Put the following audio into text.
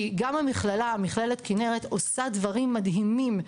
זה מדהים, כי גם מכללת כנרת עושה דברים מדהימים,